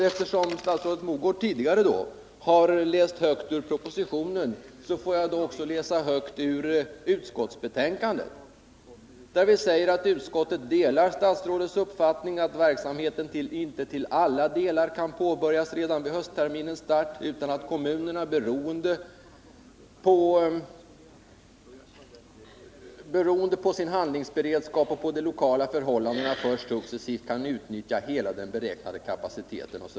Eftersom statsrådet Mogård tidigare har läst högt ur propositionen, får jag läsa högt ur utskottsbetänkandet: ”Utskottet delar föredragande statsrådets uppfattning att verksamheten inte till alla delar kan påbörjas redan vid höstterminens start utan att kommunerna, beroende på sin handlingsberedskap och på de lokala förhållandena, först successivt kan utnyttja hela den beräknade kapaciteten —-—--.